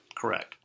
Correct